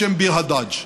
בשם ביר הדאג'.